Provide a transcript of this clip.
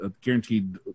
guaranteed